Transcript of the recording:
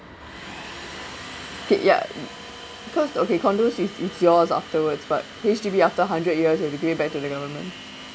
K ya mm cause okay condo is is yours afterwards but H_D_B after hundred years it will be back to the government